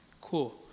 cool